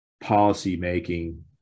policy-making